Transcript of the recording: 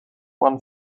won